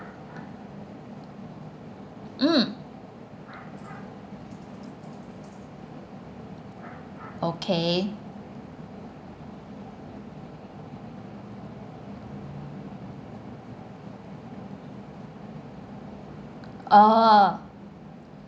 mm okay oh